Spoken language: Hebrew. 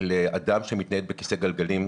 לאדם שמתנייד בכיסא גלגלים.